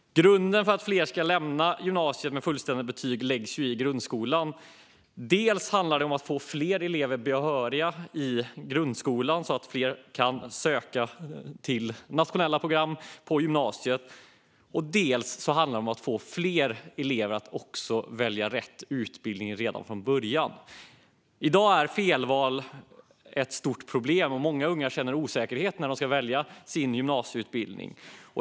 Grunden för att fler ska lämna gymnasiet med fullständiga betyg läggs i grundskolan. Det handlar dels om att få fler elever att bli behöriga i grundskolan så att de kan söka till nationella program på gymnasiet, dels om att få fler elever att välja rätt utbildning från början. I dag är felval ett stort problem. Många unga känner osäkerhet när de ska välja gymnasieutbildning.